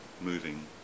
moving